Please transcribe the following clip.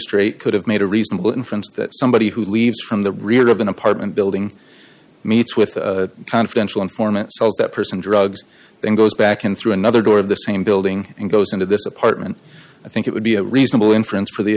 magistrate could have made a reasonable inference that somebody who leaves from the rear of an apartment building meets with a confidential informant sells that person drugs then goes back in through another door of the same building and goes into this apartment i think it would be a reasonable inference for the